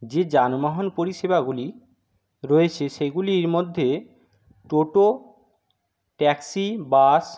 যে যানবাহন পরিষেবাগুলি রয়েছে সেগুলির মধ্যে টোটো ট্যাক্সি বাস